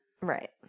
Right